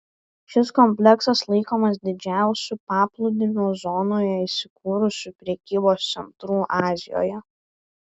šis kompleksas laikomas didžiausiu paplūdimio zonoje įsikūrusiu prekybos centru azijoje